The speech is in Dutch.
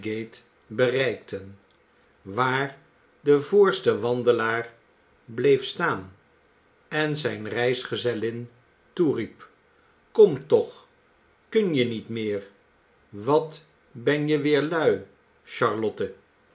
bereikten waar de voorste wandelaar bleef staan en zijn reisgezellin toeriep kom toch kun je niet meer wat ben je weer lui charlotte